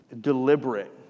deliberate